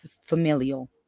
familial